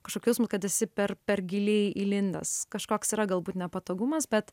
kažkoks jausmas kad esi per per giliai įlindęs kažkoks yra galbūt nepatogumas bet